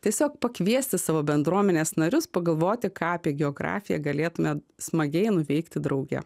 tiesiog pakviesti savo bendruomenės narius pagalvoti ką apie geografiją galėtumėt smagiai nuveikti drauge